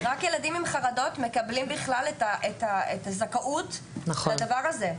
רק ילדים עם חרדות מקבלים בכלל את הזכאות לדבר הזה.